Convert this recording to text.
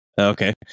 Okay